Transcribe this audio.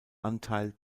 anteil